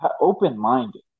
open-minded